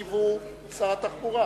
המשיב הוא שר התחבורה.